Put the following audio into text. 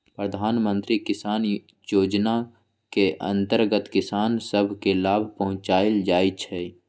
प्रधानमंत्री किसान जोजना के अंतर्गत किसान सभ के लाभ पहुंचाएल जाइ छइ